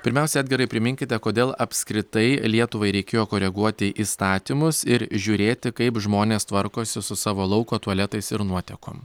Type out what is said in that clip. pirmiausia edgarai priminkite kodėl apskritai lietuvai reikėjo koreguoti įstatymus ir žiūrėti kaip žmonės tvarkosi su savo lauko tualetais ir nuotekom